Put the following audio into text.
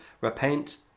Repent